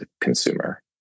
consumer